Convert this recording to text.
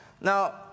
now